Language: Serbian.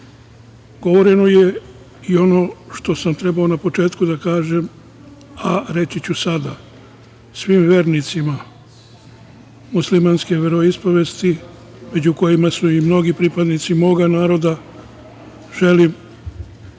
govoreno. Govoreno je i ono što je trebalo na početku da kažem, a reći ću sada. Svim vernicima muslimanske veroispovesti, među kojima su i mnogi pripadnici moga naroda, želim